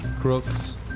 crooks